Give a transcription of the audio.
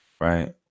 right